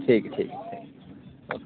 ठीक ऐ ठीक ऐ ओके